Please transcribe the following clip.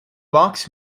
vox